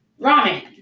ramen